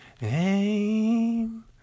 name